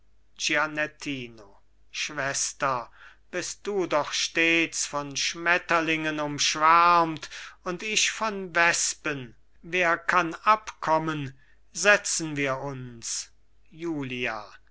schwester bist du doch stets von schmetterlingen umschwärmt und ich von wespen wer kann abkommen setzen wir uns julia